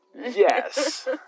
Yes